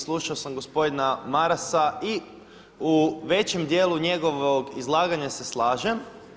Slušao sam gospodina Marasa i u većem dijelu njegovog izlaganja se slažem.